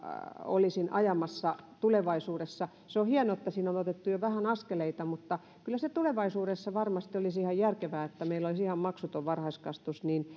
olisin ajamassa tulevaisuudessa se on hienoa että siinä on otettu jo vähän askeleita mutta kyllä se tulevaisuudessa varmasti olisi ihan järkevää että meillä olisi ihan maksuton varhaiskasvatus